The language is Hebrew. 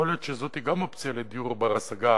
יכול להיות שגם זאת אופציה לדיור בר-השגה.